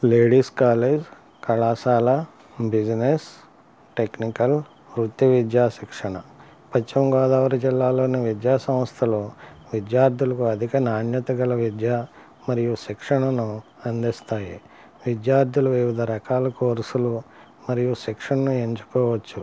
ladies college కళాశాల business technical వృత్తి విద్య శిక్షణ పశ్చిమ గోదావరి జిల్లాలోని విద్యా సంస్థలు విద్యార్థులకి అధిక నాణ్యత గల విద్య మరియు శిక్షణను అందిస్తాయి విద్యార్థులు వివిధ రకాల కోర్సులు మరియు శిక్షణని ఎంచుకోవచ్చు